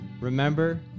Remember